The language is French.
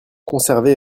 conserver